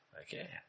Okay